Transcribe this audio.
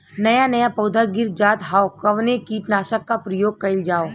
नया नया पौधा गिर जात हव कवने कीट नाशक क प्रयोग कइल जाव?